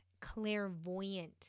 clairvoyant